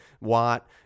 Watt